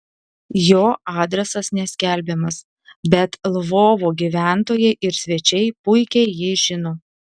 jo adresas neskelbiamas bet lvovo gyventojai ir svečiai puikiai jį žino